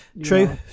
True